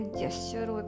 gesture